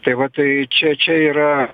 tai va tai čia čia yra